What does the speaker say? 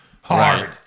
hard